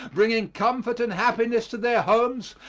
bringing comfort and happiness to their homes,